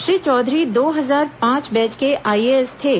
श्री चौधरी दो हजार पांच बैच के आईएएस थे